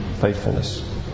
faithfulness